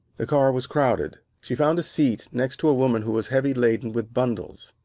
the car was crowded. she found a seat next to a woman who was heavily laden with bundles.